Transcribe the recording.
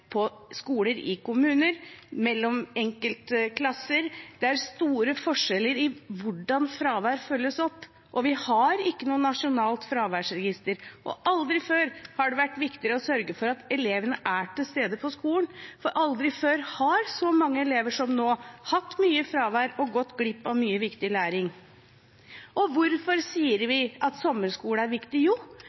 på Skole-Norge – på skoler i kommuner og mellom enkelte klasser. Det er store forskjeller i hvordan fravær følges opp. Vi har ikke noe nasjonalt fraværsregister, og aldri før har det vært viktigere å sørge for at elevene er til stede på skolen, for aldri før har så mange elever hatt så mye fravær og gått glipp av mye viktig læring. Og hvorfor sier vi at sommerskole er viktig? Jo,